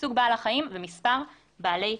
סוג בעל החיים ומספר בעלי החיים.